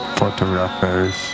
photographers